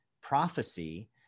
prophecy